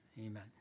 Amen